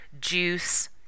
juice